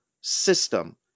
system